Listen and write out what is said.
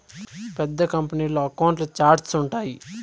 పెద్ద కంపెనీల్లో అకౌంట్ల ఛార్ట్స్ ఉంటాయి